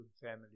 family